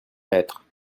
lettre